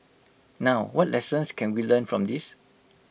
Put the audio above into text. now what lessons can we learn from this